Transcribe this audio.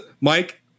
Mike